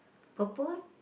purple one